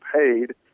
paid